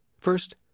First